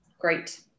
Great